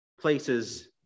places